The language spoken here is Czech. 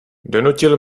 donutil